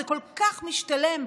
זה כל כך משתלם,